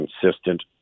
consistent